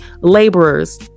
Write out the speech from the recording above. laborers